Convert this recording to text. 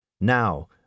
Now